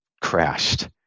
crashed